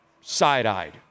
side-eyed